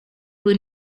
will